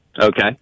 Okay